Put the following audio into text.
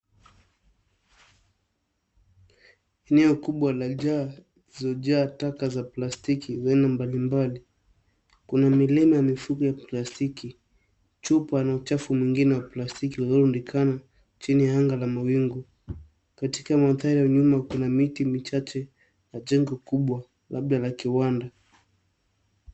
Eneo kubwa la jaa zililojaa taka za plastiki za aina mbalimbali. Kuna milima ya mifuko ya plastiki, chupa na uchafu mwingine wa plastiki uliorundikana chini ya anga ya mawingu. Katika mandhari ya nyuma kuna miti michache, na jengo kubwa labda la kiwanda.